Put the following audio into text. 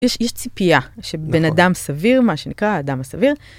יש ציפייה, שבן אדם סביר, מה שנקרא, האדם הסביר.